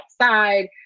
outside